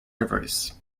rivers